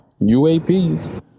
uaps